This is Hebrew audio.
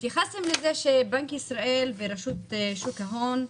התייחסתם לזה שבנק ישראל ורשות שוק ההון,